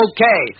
Okay